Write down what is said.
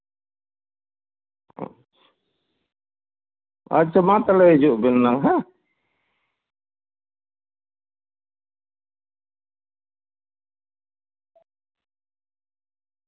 ᱟᱪᱪᱷᱟ ᱟᱪᱪᱷᱟ ᱢᱟ ᱛᱟᱦᱞᱮ ᱦᱤᱡᱩᱜ ᱵᱮᱱ ᱱᱟᱝ ᱦᱮᱸ